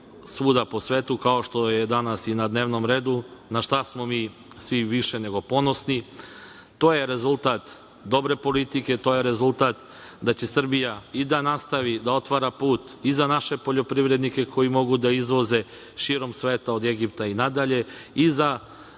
svuda po svetu, kao što je danas na dnevnom redu, na šta smo mi svi više nego ponosni. Sve je to rezultat dobre politike, to je rezultat da će Srbija i da nastavi da otvara put i za naše poljoprivrednike koji mogu da izvoze širom sveta, od Egipta pa nadalje, i za